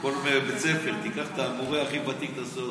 ובכל בית ספר תיקח את המורה הכי ותיק ותעשה אותו,